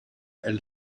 elle